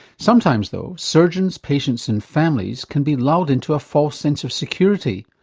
sometimes though, surgeons, patients and families can be lulled into a false sense of security,